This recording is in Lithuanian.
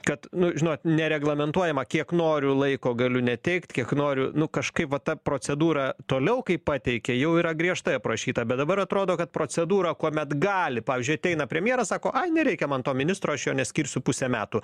kad nu žinot nereglamentuojama kiek noriu laiko galiu neteikt kiek noriu nu kažkaip va ta procedūra toliau kaip pateikia jau yra griežtai aprašyta bet dabar atrodo kad procedūra kuomet gali pavyzdžiui ateina premjeras sako ai nereikia man to ministro aš jo neskirsiu pusę metų